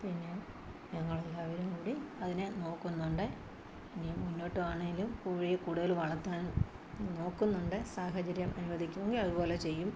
പിന്നെ ഞങ്ങളെല്ലാവരും കൂടി അതിനെ നോക്കുന്നുണ്ട് ഇനി മുന്നോട്ടു പോകുവാണെങ്കിലും കോഴിയെ കൂടുതൽ വളർത്താൻ നോക്കുന്നുണ്ട് സാഹചര്യം അനുവദിക്കുമെങ്കിൽ അതുപോലെ ചെയ്യും